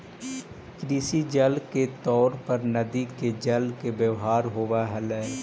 कृषि जल के तौर पर नदि के जल के व्यवहार होव हलई